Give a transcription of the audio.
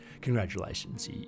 congratulations